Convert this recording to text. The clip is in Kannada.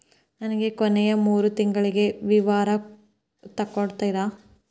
ನನಗ ಕೊನೆಯ ಮೂರು ತಿಂಗಳಿನ ವಿವರ ತಕ್ಕೊಡ್ತೇರಾ?